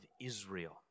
Israel